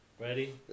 Ready